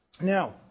now